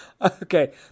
Okay